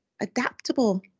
adaptable